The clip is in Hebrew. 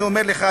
ואני אומר לך,